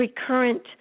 recurrent